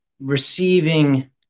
receiving